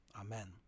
Amen